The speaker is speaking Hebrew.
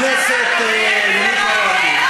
חבר הכנסת, למי קראתי?